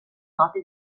note